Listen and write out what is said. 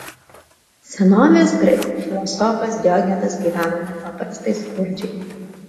senovės graikų filosofas diogenas gyveno nepaprastai skurdžiai